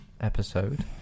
episode